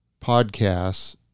podcasts